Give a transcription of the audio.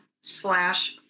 slash